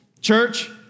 church